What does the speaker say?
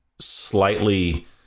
slightly